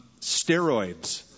steroids